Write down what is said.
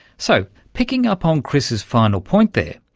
so, picking up on chris's final point there,